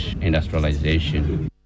industrialization